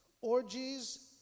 orgies